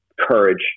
courage